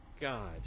God